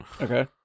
Okay